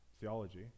theology